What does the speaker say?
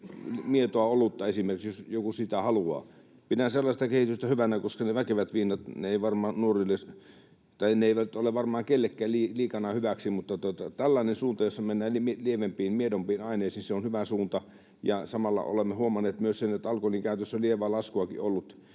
mietoa olutta, jos joku sitä haluaa. Pidän sellaista kehitystä hyvänä, koska ne väkevät viinat eivät ole nuorille tai varmaan kellekään liikana hyväksi. Tällainen suunta, jossa mennään lievempiin, miedompiin aineisiin, on hyvä suunta. Samalla olemme huomanneet myös sen, että alkoholinkäytössä lievää laskuakin on ollut.